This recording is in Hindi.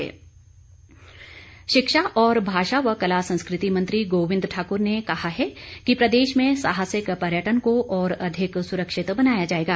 गोविंद ठाकुर शिक्षा और भाषा व कला संस्कृति मंत्री गोविंद ठाक्र ने कहा है कि प्रदेश में साहसिक पर्यटन को और अधिक सुरक्षित बनाया जाएगा